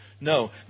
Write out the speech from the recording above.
No